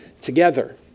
together